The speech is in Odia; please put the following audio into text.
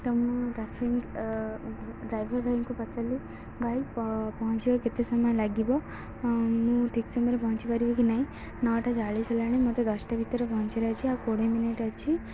ତ ମୁଁ ଟ୍ରାଫିକ ଡ୍ରାଇଭର ଭାଇଙ୍କୁ ପଚାରିଲି ଭାଇ ପହଞ୍ଚିବା କେତେ ସମୟ ଲାଗିବ ମୁଁ ଠିକ୍ ସମୟରେ ପହଞ୍ଚିପାରିବି କି ନହିଁ ନଅଟା ଚାଳିଶ ହେଲାଣି ମୋତେ ଦଶଟା ଭିତରେ ପହଞ୍ଚିବାର ଅଛି ଆଉ କୋଡ଼ିଏ ମିନିଟ୍ ଅଛି